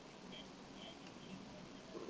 then